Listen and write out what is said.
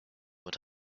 what